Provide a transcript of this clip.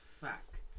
fact